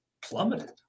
plummeted